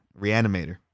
Reanimator